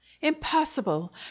Impossible